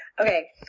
Okay